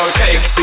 take